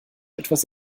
etwas